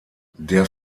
der